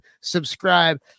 subscribe